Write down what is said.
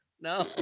no